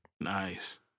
Nice